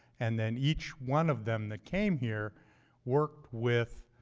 and then, each one of them that came here worked with